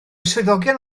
swyddogion